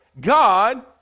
God